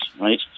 right